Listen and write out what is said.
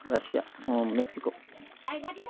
Russia Mexico